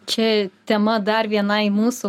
čia tema dar vienai mūsų